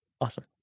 Awesome